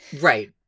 right